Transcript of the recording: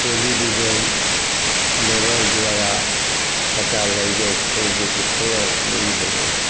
television mobile दुआरा पता लागि जाइत छै कि फल्लाँ ठाम ई भेलै